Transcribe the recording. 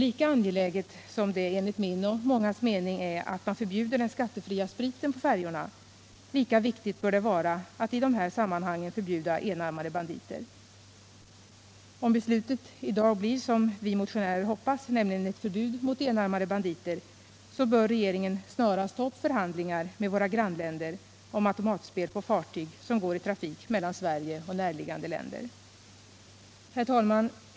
Lika angeläget som det enligt min och mångas mening är att man förbjuder den skattefria spriten på färjorna, lika viktigt bör det vara att i de här sammanhangen förbjuda enarmade banditer. Om beslutet i dag blir som vi motionärer hoppas — nämligen ett förbud mot enarmade banditer — så bör regeringen snarast ta upp förhandlingar med våra grannländer om förbud mot automatspel på fartyg som går i trafik mellan Sverige och närliggande länder. Herr talman!